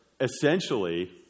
essentially